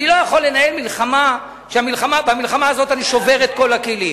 אני לא יכול לנהל מלחמה שבה אני שובר את כל הכלים.